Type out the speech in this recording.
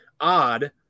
odd